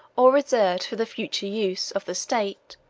or reserved for the future use, of the state,